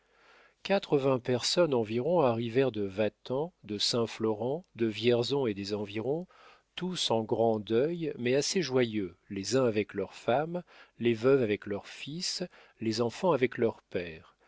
quatre-vingts personnes environ arrivèrent de vatan de saint florent de vierzon et des environs tous en grand deuil mais assez joyeux les uns avec leurs femmes les veuves avec leurs fils les enfants avec leurs pères